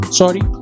sorry